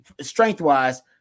strength-wise